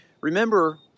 Remember